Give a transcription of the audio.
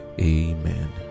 Amen